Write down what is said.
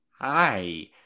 Hi